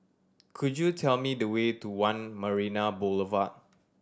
could you tell me the way to One Marina Boulevard